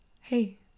Hey